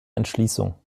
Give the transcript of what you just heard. entschließung